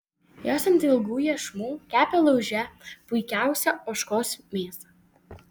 jos ant ilgų iešmų kepė lauže puikiausią ožkos mėsą